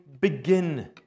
begin